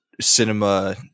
cinema